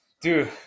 Dude